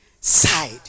side